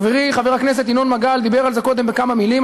חברי חבר הכנסת ינון מגל דיבר על זה קודם בכמה מילים.